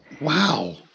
Wow